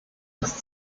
das